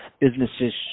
businesses